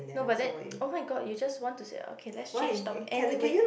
no but then oh-my-god you just want to say okay let's change topic anyway